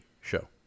show